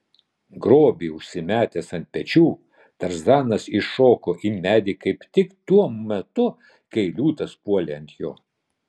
grobį užsimetęs ant pečių tarzanas įšoko į medį kaip tik tuo metu kai liūtas puolė ant jo